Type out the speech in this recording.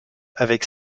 avec